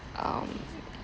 um